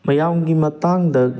ꯃꯌꯥꯝꯒꯤ ꯃꯇꯥꯡꯗ